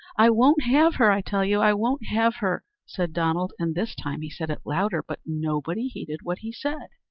i won't have her, i tell you i won't have her! said donald and this time he said it louder but nobody heeded what he said.